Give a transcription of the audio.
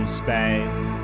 space